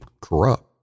corrupt